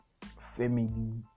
family